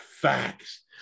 facts